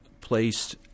placed